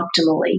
optimally